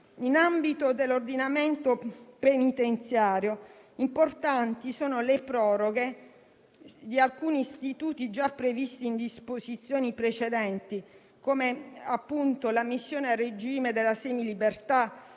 Nell'ambito dell'ordinamento penitenziario, importanti sono le proroghe di alcuni istituti già previsti in disposizioni precedenti, come l'ammissione al regime della semilibertà,